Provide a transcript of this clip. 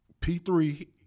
P3